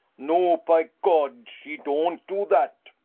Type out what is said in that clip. no, py god! she don't do dat!